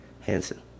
Hansen